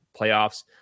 playoffs